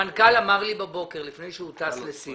המנכ"ל אמר לי הבוקר לפני שהוא טס לסין